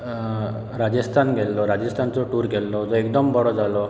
राजस्थान गेल्लो राजस्थानचो टूर केल्लो जो एकदम बरो जालो